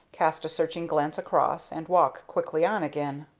cast a searching glance across and walk quickly on again.